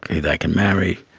who they can marry,